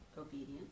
Obedient